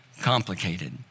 complicated